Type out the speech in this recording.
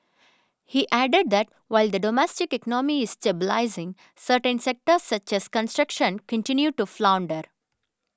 he added that while the domestic economy is stabilising certain sectors such as construction continue to flounder